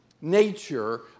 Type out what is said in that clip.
nature